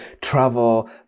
travel